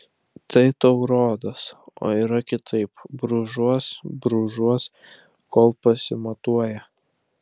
tai tau rodos o yra kitaip brūžuos brūžuos kol pasimatuoja